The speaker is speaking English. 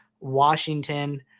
Washington